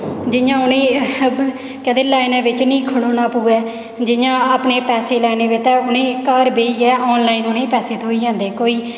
जियां उ'नेंगी केह् आखदे लाइनें बिच्च निं खड़ोना पवै जियां अपने पैसे लैनै गित्तै उ'नेंगी घर बेहियै आनलाइन उ'नेंगी पैसे थ्होई जंदे कोई